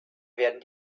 werden